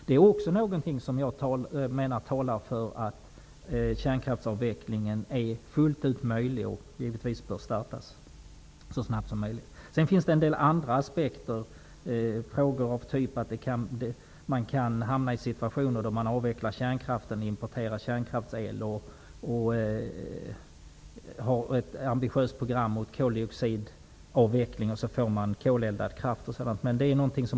Det är också någonting som talar för att kärnkraftsavvecklingen fullt ut är genomförbar och givetvis bör startas så snabbt som möjligt. Det finns en del andra aspekter. Man kan t.ex. hamna i situationen att man avvecklar kärnkraften, importerar kärnkraftsel, har ett ambitiöst program för koldioxidavveckling och får koleldade kraftverk.